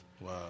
Wow